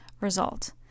result